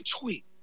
tweet